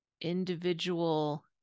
individual